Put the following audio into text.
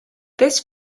this